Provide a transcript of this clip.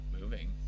moving